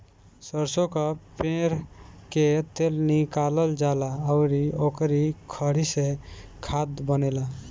सरसो कअ पेर के तेल निकालल जाला अउरी ओकरी खरी से खाद बनेला